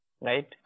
right